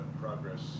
progress